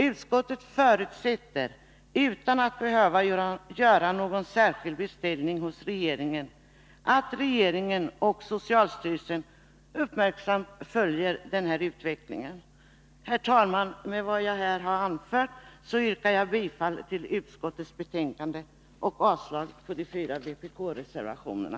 Utskottet förutsätter, utan att behöva göra en särskild beställning hos regeringen, att regeringen och socialstyrelsen uppmärksamt följer utvecklingen. Herr talman! Med det anförda yrkar jag bifall till utskottets hemställan och därmed avslag på de fyra vpk-reservationerna.